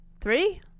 three